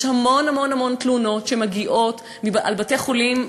יש המון המון המון תלונות שמגיעות על בתי-חולים.